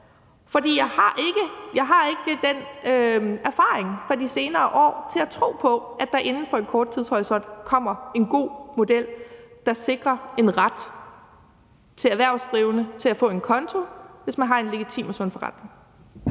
For jeg har ikke den erfaring fra de senere år til at tro på, at der inden for en kort tidshorisont kommer en god model, der sikrer en ret til erhvervsdrivende til at få en konto, hvis man har en legitim og sund forretning.